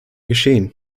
geschehen